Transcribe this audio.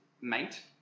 mate